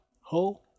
ho